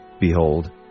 behold